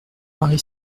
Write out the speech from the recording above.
marie